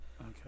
Okay